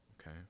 okay